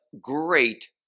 great